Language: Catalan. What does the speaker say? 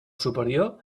superior